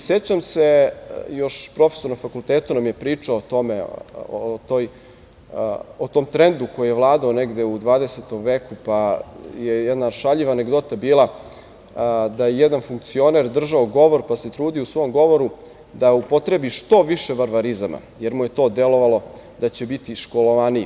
Sećam se, još profesor na fakultetu nam je pričao o tom trendu koji je vladao negde u 20. veku, pa je jedna šaljiva anegdota bila da je jedan funkcioner držao govor, pa se trudio u svom govoru da upotrebi što više varvarizama jer mu je to delovalo da će biti školovaniji.